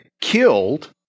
killed